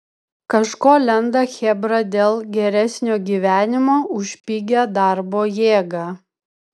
kažko lenda chebra dėl geresnio gyvenimo už pigią darbo jėgą